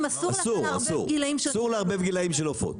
אסור לערבב גילאים של עופות.